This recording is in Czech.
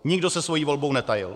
Nikdo se svou volbou netajil.